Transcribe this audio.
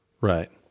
Right